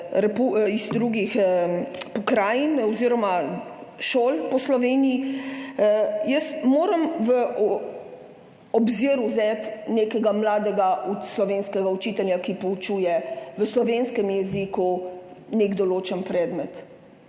iz drugih pokrajin oziroma šol po Sloveniji. V obzir moram vzeti nekega mladega slovenskega učitelja, ki poučuje v slovenskem jeziku nek določen predmet.